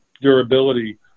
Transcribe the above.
durability